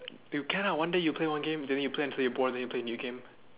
you can ah one day you play one game then you play until you bored then you play new game